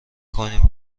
کنیم